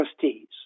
trustees